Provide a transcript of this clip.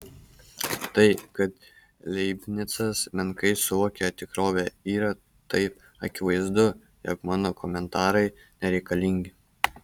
tai kad leibnicas menkai suvokia tikrovę yra taip akivaizdu jog mano komentarai nereikalingi